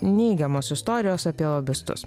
neigiamos istorijos apie lobistus